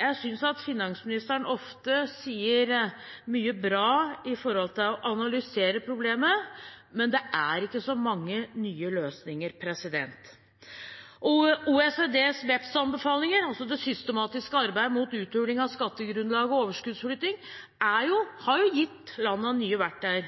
jeg synes finansministeren ofte sier mye bra når det gjelder å analysere problemet, men det er ikke så mange nye løsninger. OECDs BEPS-anbefalinger, altså det systematiske arbeidet mot uthuling av skattegrunnlag og overskuddsflytting, har gitt landene nye verktøy,